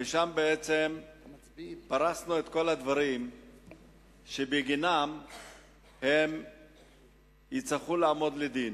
שם בעצם פרסנו את כל הדברים שבגינם הם יצטרכו לעמוד לדין.